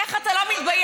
איך אתה לא מתבייש?